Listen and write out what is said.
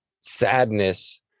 sadness